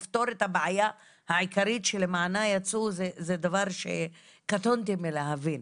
לפתור את הבעיה העיקרית שלמענה יצאו - זה דבר שקטונתי להבין,